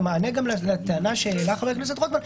גם במענה לטענה שהעלה חבר הכנסת רוטמן,